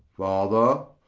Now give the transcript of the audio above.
father,